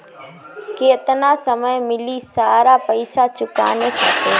केतना समय मिली सारा पेईसा चुकाने खातिर?